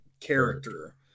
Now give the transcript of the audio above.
character